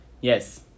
Yes